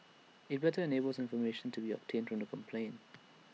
IT enables better information to be obtained from the complainant